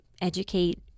educate